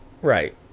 Right